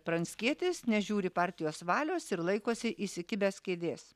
pranckietis nežiūri partijos valios ir laikosi įsikibęs kėdės